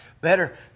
better